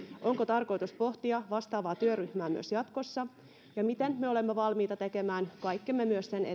onko tarkoitus pohtia vastaavaa työryhmää myös jatkossa miten me olemme valmiita tekemään kaikkemme myös sen